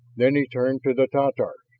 then he turned to the tatars.